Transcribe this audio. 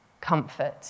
comfort